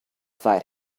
provide